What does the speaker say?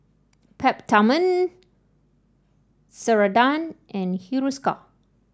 Peptamen Ceradan and Hiruscar